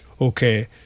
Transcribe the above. okay